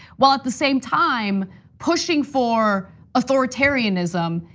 while at the same time pushing for authoritarianism,